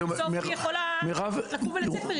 בסוף היא יכולה לקום ולצאת.